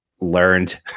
learned